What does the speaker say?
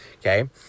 Okay